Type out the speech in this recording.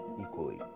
equally